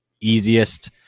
easiest